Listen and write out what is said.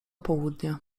południa